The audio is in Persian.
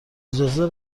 اجازه